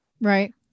Right